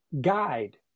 guide